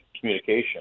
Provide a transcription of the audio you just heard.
communication